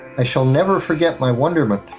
i shall never forget my wonderment,